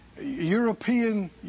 European